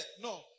No